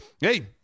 hey